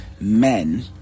men